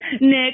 Nick